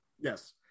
Yes